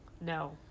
No